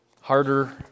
harder